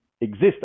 exist